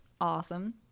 Awesome